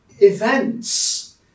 events